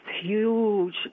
huge